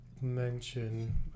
mention